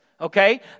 Okay